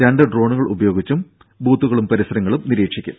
രണ്ട് ഡ്രോണുകൾ ഉപയോഗിച്ചും ബൂത്തുകളും പരിസരങ്ങളും നിരീക്ഷിക്കും